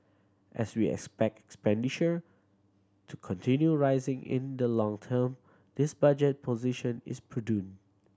as we expect expenditure to continue rising in the long term this budget position is prudent